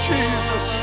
Jesus